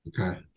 Okay